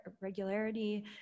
regularity